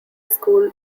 school